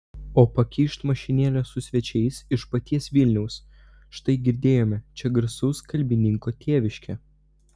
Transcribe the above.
o pakyšt mašinėlė su svečiais iš paties vilniaus štai girdėjome čia garsaus kalbininko tėviškė